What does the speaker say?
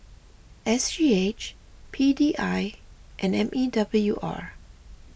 S G H P D I and M E W R